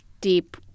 deep